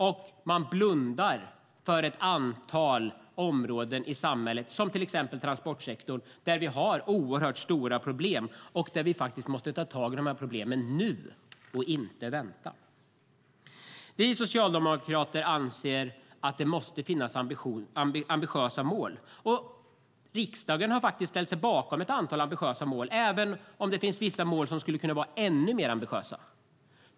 Och man blundar för ett antal områden i samhället, till exempel transportsektorn, där vi har oerhört stora problem. Vi måste faktiskt ta tag i de här problemen nu och inte vänta. Vi socialdemokrater anser att det måste finnas ambitiösa mål. Riksdagen har faktiskt ställt sig bakom ett antal ambitiösa mål, även om det finns vissa mål som skulle kunna vara ännu mer ambitiösa.